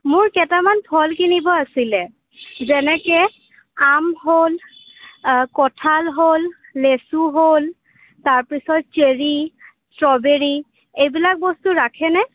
মোৰ কেইটামান ফল কিনিবলৈ আছিল যেনেকৈ আম হ'ল কঁঠাল হ'ল লেচু হ'ল তাৰপিছত চেৰী ষ্ট্ৰ'বেৰী এইবিলাক বস্তু ৰাখেনে